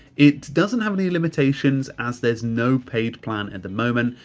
it doesn't have any limitations as there's no paid plan at the moment.